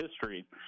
history